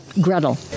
Gretel